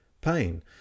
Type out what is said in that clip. pain